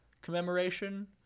commemoration